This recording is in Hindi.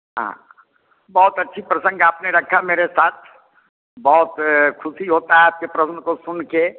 हाँ बहुत अच्छी प्रसंग आपने रखा मेरे साथ बहुत ख़ुशी होता है आपके प्रश्न को सुनकर